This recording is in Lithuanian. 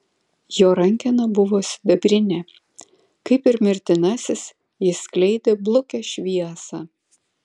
jo rankena buvo sidabrinė kaip ir mirtinasis jis skleidė blukią šviesą